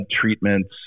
treatments